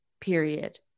period